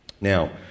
Now